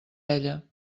ella